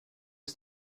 ist